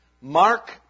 Mark